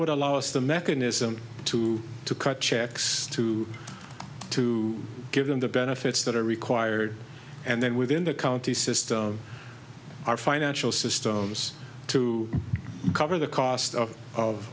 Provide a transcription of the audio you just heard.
would allow us the mechanism to to cut checks to to give them the benefits that are required and then within the county system our financial system of those too cover the cost of of